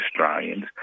Australians